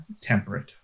temperate